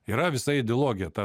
yra visa ideologija ta